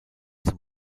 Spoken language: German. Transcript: zum